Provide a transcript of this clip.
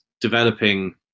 developing